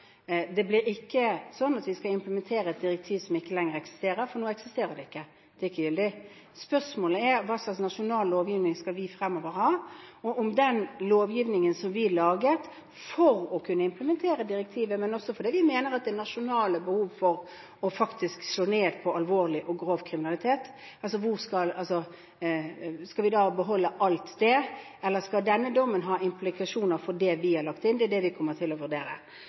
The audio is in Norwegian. Det blir ikke slik at vi skal implementere et direktiv som ikke lenger eksisterer, for nå eksisterer det ikke; det er ikke gyldig. Spørsmålet er hva slags nasjonal lovgivning vi skal ha fremover, og om vi skal beholde den lovgivningen som vi laget for å kunne implementere direktivet, men også fordi vi mener at det er nasjonale behov for faktisk å slå ned på alvorlig og grov kriminalitet, eller om denne dommen skal ha implikasjoner for det vi har lagt inn. Det er det vi kommer til å vurdere.